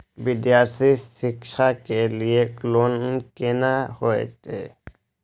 विद्यालय शिक्षा के लिय लोन केना होय ये?